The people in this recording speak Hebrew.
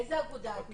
באיזה אגודה את?